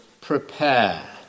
prepare